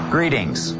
Greetings